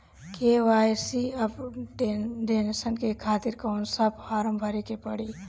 KYC updation के खातिर कौन सा फारम भरे के पड़ी?